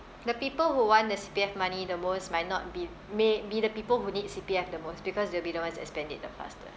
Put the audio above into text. the people who want the C_P_F money the most might not be may be the people who need C_P_F the most because they'll be the ones that spend it the fastest